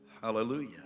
Hallelujah